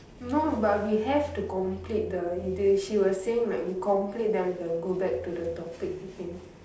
no but we have to complete the இது:ithu she was saying that we complete then we can go back to the topic again